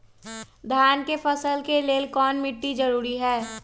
धान के फसल के लेल कौन मिट्टी जरूरी है?